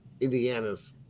Indiana's